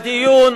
בדיון